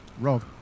Rob